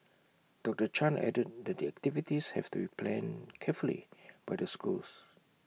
doctor chan added that the activities have to be planned carefully by the schools